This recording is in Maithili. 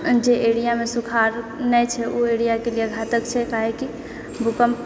जे एरियामे सुखार नहि छै ओहि एरियाके लिए घातक छै काहेकी भूकम्प